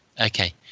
Okay